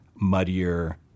muddier